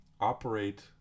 operate